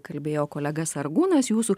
kalbėjo kolega sargūnas jūsų